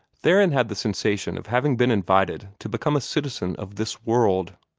theron had the sensation of having been invited to become a citizen of this world.